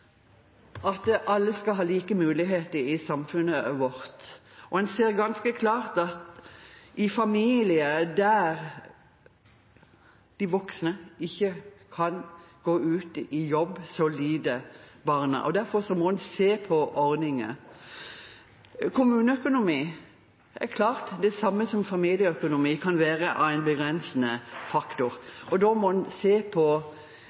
– alle skal ha like muligheter i samfunnet vårt. En ser ganske klart at i familier der de voksne ikke kan gå ut i jobb, lider barna. Derfor må man se på ordninger. Til kommuneøkonomien: Det er klart – det er det samme som med familieøkonomien – at det kan være en begrensende faktor. Da må man se på